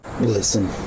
Listen